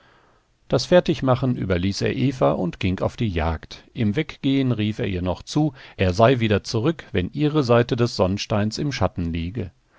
das fertigmachen überließ er eva und ging auf die jagd im weggehen rief er ihr noch zu er sei wieder zurück wenn ihre seite des sonnsteins im schatten liege